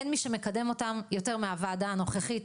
אין מה שמקדם אותם יותר מהוועדה הנוכחית.